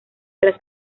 tras